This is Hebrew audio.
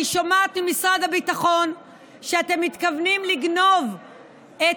אני שומעת ממשרד הביטחון שאתם מתכוונים לגנוב את